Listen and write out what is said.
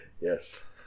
Yes